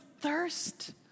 thirst